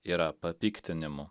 yra papiktinimu